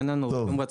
אין לנו רצון,